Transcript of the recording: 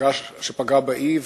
שפגע באי,